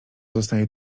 zostaje